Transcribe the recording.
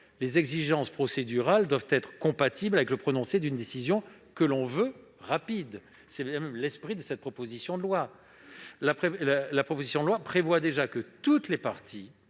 Les exigences procédurales doivent être compatibles avec le prononcé d'une décision que l'on veut rapide. C'est bien l'esprit même de cette proposition de loi, qui prévoit déjà que toutes les parties